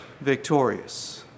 victorious